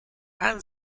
han